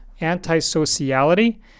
anti-sociality